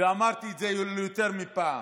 אמרתי את זה יותר מפעם,